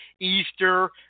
Easter